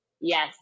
Yes